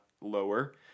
lower